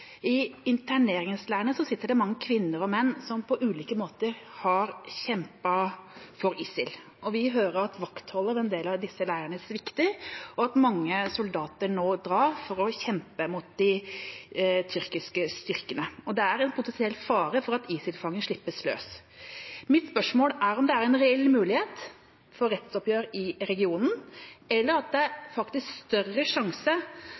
I interneringsleirene sitter det mange kvinner og menn som på ulike måter har kjempet for ISIL. Vi hører at vaktholdet ved en del av disse leirene svikter, og at mange soldater nå drar for å kjempe mot de tyrkiske styrkene. Og det er en potensiell fare for at ISIL-fanger slippes løs. Mitt spørsmål er om det er en reell mulighet for rettsoppgjør i regionen, eller om det er større sjanse